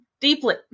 deeply